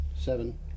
Seven